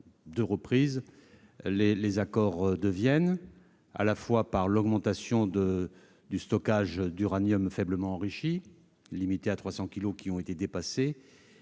deux reprises les accords de Vienne, à la fois par l'augmentation du stockage d'uranium faiblement enrichi, limité à 300 kilos, ainsi